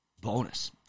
bonus